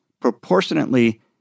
proportionately